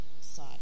side